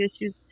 issues